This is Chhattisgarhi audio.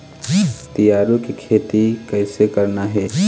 तिऊरा के खेती कइसे करना हे?